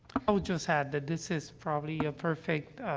i would just add that this is probably a perfect, ah,